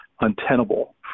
untenable